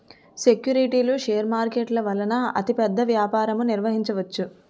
సెక్యూరిటీలు షేర్ మార్కెట్ల వలన అతిపెద్ద వ్యాపారం నిర్వహించవచ్చు